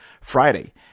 Friday